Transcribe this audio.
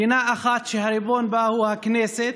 מדינה אחת שהריבון בה הוא הכנסת,